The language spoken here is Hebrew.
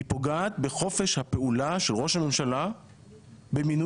היא פוגעת בחופש הפעולה של ראש הממשלה במינוי